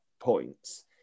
points